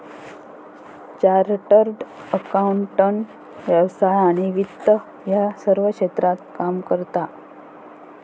chartered accountant व्यवसाय आणि वित्त या सर्व क्षेत्रात काम करता